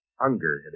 hunger